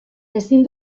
ezin